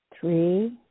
three